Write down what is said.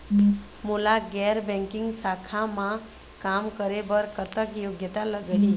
मोला गैर बैंकिंग शाखा मा काम करे बर कतक योग्यता लगही?